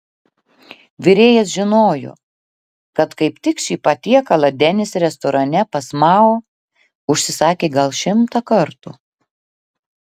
virėjas žinojo kad kaip tik šį patiekalą denis restorane pas mao užsisakė gal šimtą kartų